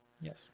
Yes